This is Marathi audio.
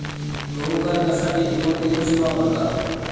गहू करण्यासाठी कोणती मशीन वापरतात?